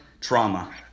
trauma